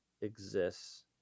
exists